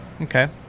Okay